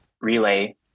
relay